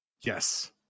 Yes